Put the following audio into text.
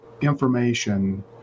information